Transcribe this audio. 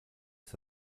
ist